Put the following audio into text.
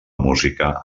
música